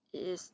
it is